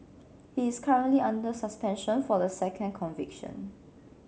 he is currently under suspension for the second conviction